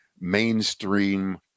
mainstream